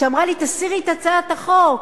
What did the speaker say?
שאמרה לי: תסירי את הצעת החוק,